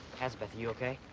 azabeth, are you okay?